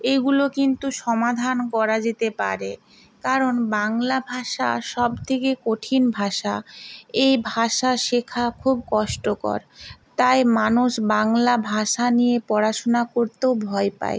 এইগুলো কিন্তু সমাধান করা যেতে পারে কারণ বাংলা ভাষা সব থেকে কঠিন ভাষা এই ভাষা শেখা খুব কষ্টকর তাই মানুষ বাংলা ভাষা নিয়ে পড়াশুনা করতেও ভয় পায়